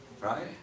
Right